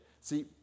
See